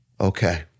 Okay